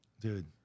Dude